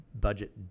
budget